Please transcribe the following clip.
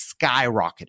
skyrocketed